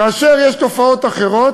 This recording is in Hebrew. כאשר יש תופעות אחרות,